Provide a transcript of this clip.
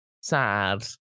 sad